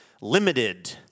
limited